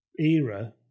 era